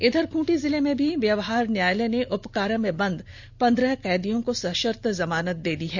इधर खुंटी जिले में भी व्यवहार न्यायालय ने उपकारो में बंद पंद्रह कैदियों को सषर्त जमानत दे दी है